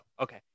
okay